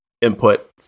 input